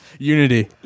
Unity